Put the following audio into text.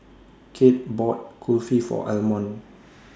Cade bought Kulfi For Almon